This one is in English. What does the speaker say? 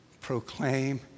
proclaim